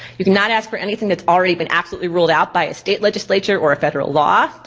you can not ask for anything that's already been absolutely ruled out by a state legislature or a federal law.